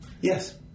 Yes